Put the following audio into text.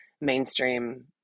mainstream